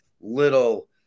little